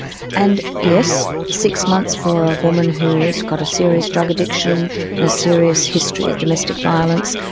and, yes, six months for a woman who has got a serious drug addiction and a serious history of domestic violence,